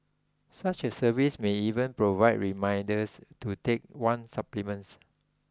such a service may even provide reminders to take one's supplements